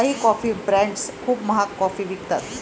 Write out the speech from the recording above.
काही coffee brands खूप महाग कॉफी विकतात